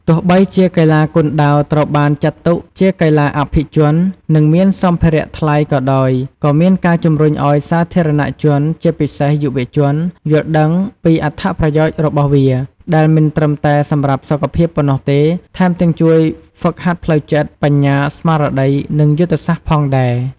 ទោះបីជាកីឡាគុនដាវត្រូវបានចាត់ទុកជាកីឡាអភិជន និងមានសម្ភារៈថ្លៃក៏ដោយ ក៏មានការជំរុញឱ្យសាធារណជន ជាពិសេសយុវជន យល់ដឹងពីអត្ថប្រយោជន៍របស់វា ដែលមិនត្រឹមតែសម្រាប់សុខភាពប៉ុណ្ណោះទេ ថែមទាំងជួយហ្វឹកហាត់ផ្លូវចិត្ត បញ្ញាស្មារតី និងយុទ្ធសាស្ត្រផងដែរ។